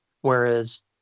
whereas